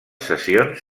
sessions